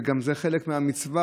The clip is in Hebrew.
וגם זה חלק מהמצווה,